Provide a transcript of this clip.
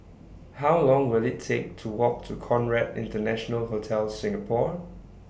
How Long Will IT Take to Walk to Conrad International Hotel Singapore